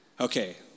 okay